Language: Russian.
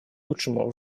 лучшему